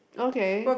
okay